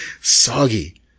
Soggy